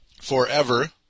forever